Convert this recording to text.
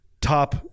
top